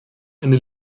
eine